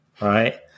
right